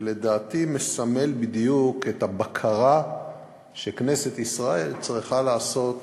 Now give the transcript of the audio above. שלדעתי מסמל בדיוק את הבקרה שכנסת ישראל צריכה לעשות